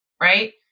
right